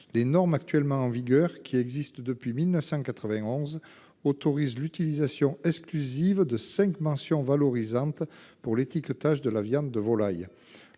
Les normes actuellement en vigueur qui existe depuis 1991 autorise l'utilisation exclusive de 5 mentions valorisantes pour l'étiquetage de la viande de volaille.